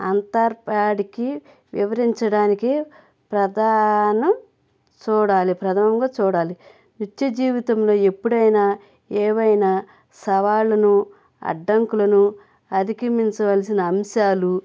అంతర్పాడికి వివరించడానికి ప్రధానం చూడాలి ప్రథమంగా చూడాలి నృత్య జీవితంలో ఎప్పుడైనా ఏవైనా సవాళ్ళను అడ్డంకులను అధిగమించవలసిన అంశాలు